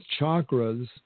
chakras